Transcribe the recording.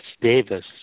Davis